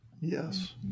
Yes